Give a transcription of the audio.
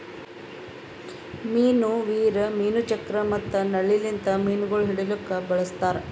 ಮೀನು ವೀರ್, ಮೀನು ಚಕ್ರ ಮತ್ತ ನಳ್ಳಿ ಲಿಂತ್ ಮೀನುಗೊಳ್ ಹಿಡಿಲುಕ್ ಬಳಸ್ತಾರ್